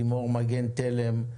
לימור מגן תלם,